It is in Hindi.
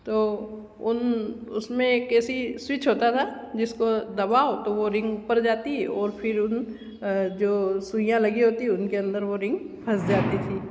तो उन उसमें कैसी स्विच होता था जिसको दबाओ तो रिंग ऊपर जाती और फिर उन जो सुइयां लगी होती उनके अंदर वो रिंग फंस जाती थी